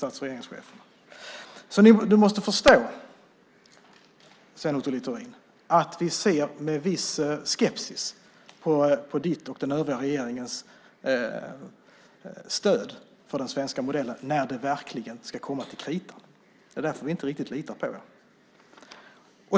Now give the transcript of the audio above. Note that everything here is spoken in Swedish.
Sven Otto Littorin måste alltså förstå att vi ser med viss skepsis på hans och den övriga regeringens stöd för den svenska modellen när det verkligen kommer till kritan. Det är därför vi inte riktigt litar på er.